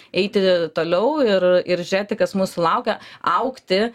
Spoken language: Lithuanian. eiti toliau ir ir žiūrėti kas mūsų laukia augti